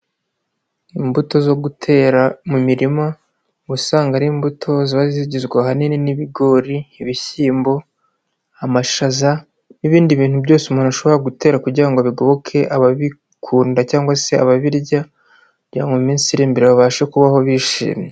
Imbuto zo gutera mu mirima, ubu usanga ari imbuto ziba zigizwe ahanini n'ibigori, ibishyimbo, amashaza, n'ibindi bintu byose umuntu ashobora gutera kugira ngo bigoboke ababikunda cyangwa se ababirya, kugira ngo mu minsi iri imbere babashe kubaho bishimye.